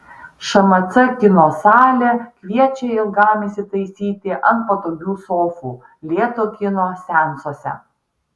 šmc kino salė kviečia ilgam įsitaisyti ant patogių sofų lėto kino seansuose